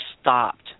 stopped